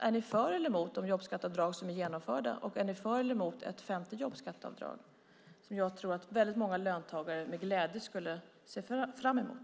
Är ni för eller emot de jobbskatteavdrag som är genomförda, och är ni för eller emot ett femte jobbskatteavdrag som jag tror att väldigt många löntagare med glädje skulle se fram emot?